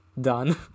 done